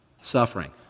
suffering